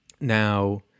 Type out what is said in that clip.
now